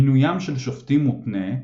מינויים של שופטים מותנה,